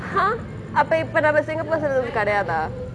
!huh! அப்ப இப்பொ நாம:appe ippo naama singapore citizen கிடையாதா:kidaiyaatha